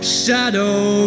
shadow